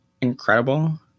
incredible